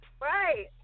right